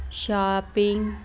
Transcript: shopping